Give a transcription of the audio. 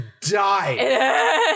die